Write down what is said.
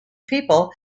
people